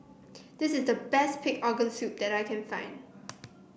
this is the best Pig Organ Soup that I can find